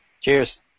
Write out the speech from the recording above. Cheers